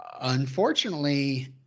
Unfortunately